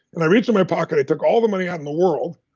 and i reached in my pocket, i took all the money out in the world,